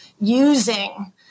using